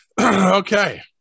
okay